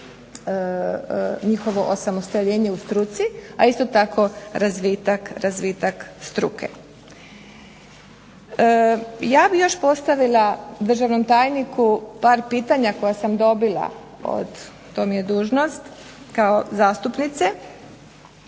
njihovo osamostaljenje u struci, a isto tako razvitak struke. Ja bih još postavila državnom tajniku par pitanja koja sam dobila, to mi je dužnost kao zastupnice.